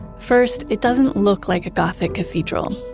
first, it doesn't look like a gothic cathedral.